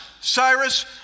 Cyrus